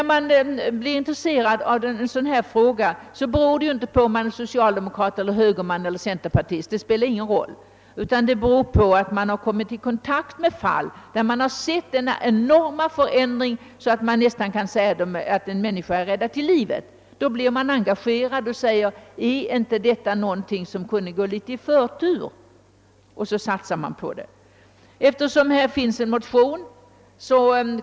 Att man blir intresserad av en sådan här fråga beror inte på att man är socialdemokrat, högerman eller centerpartist, utan det beror på att man kommit i kontakt med sådana här fall och nästan kan säga att människor har räddats till livet. Då blir man engagerad och frågar sig, om detta inte är någonting som borde få förtur. Jag kommer att yrka bifall till de föreliggande motionerna.